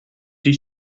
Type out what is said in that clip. did